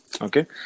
okay